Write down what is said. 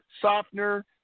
softener